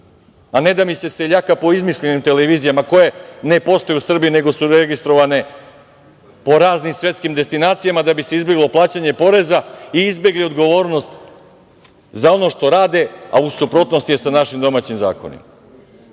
a ne da mi se seljaka po izmišljenim televizijama, koje ne postoje u Srbiji, nego su registrovane po raznim svetskim destinacijama da bi se izbeglo plaćanje poreza i izbegli odgovornost za ono što rade, a u suprotnosti je sa našim domaćim zakonima? Onda